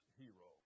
hero